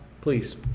Please